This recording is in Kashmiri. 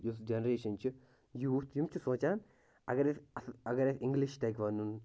یُس جَنریشَن چھِ یوٗتھ یِم چھِ سونٛچان اگر أسۍ اَصٕل اگر اَسہِ اِنٛگلِش تَگہِ وَنُن